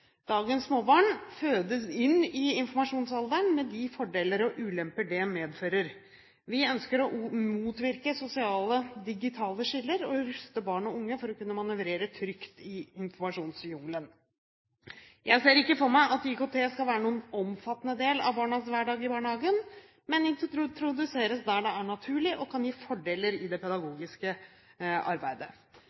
Dagens småbarn fødes inn i informasjonsalderen, med de fordeler og ulemper det medfører. Vi ønsker å motvirke sosiale digitale skiller og ruste barn og unge til å kunne manøvrere trygt i informasjonsjungelen. Jeg ser ikke for meg at IKT skal være noen omfattende del av barnas hverdag i barnehagen, men introduseres der det er naturlig og kan gi fordeler i det pedagogiske arbeidet.